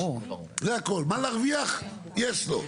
מה להרוויח יש לו,